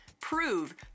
Prove